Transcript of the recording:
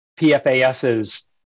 PFASs